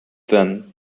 then